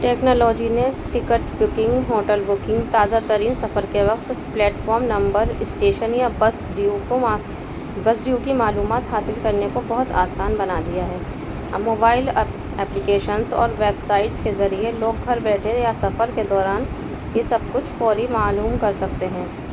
technology نے ticket booking hotel booking تازہ ترین سفر کے وقت پلیٹفام نمبر اسٹیشن یا بس ڈپو کو بس ڈپو کی معلومات حاصل کرنے کو بہت آسان بنا دیا ہے اب موبائل ایپ اپلیکیشنس اور ویب سائٹس کے ذریعے لوگ گھر بیٹھے یا سفر کے دوران یہ سب کچھ فوری معلوم کر سکتے ہیں